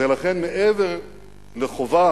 ולכן מעבר לחובה